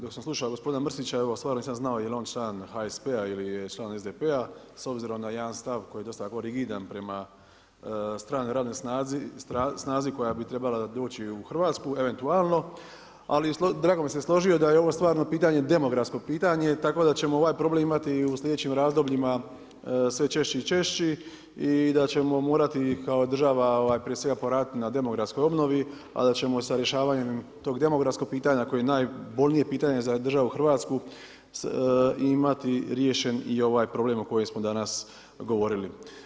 Dok sam slušao gospodina Mrsića stvarno nisam znao jel on član HSP-a ili je član SDP-a s obzirom na jedan stav koji je dosta rigidan prema stranoj radnoj snazi koja bi trebala doći u Hrvatsku eventualno, ali bi se složio da je ovo stvarno pitanje demografsko pitanje tako da ćemo ovaj problem imati i u sljedećim razdobljima sve češći i češći i da ćemo morati kao država prije svega morati poraditi na demografskoj obnovi, a da ćemo sa rješavanjem tog demografskog pitanja koje je najbolnije pitanje za državu Hrvatsku imati riješen i ovaj problem o kojem smo danas govorili.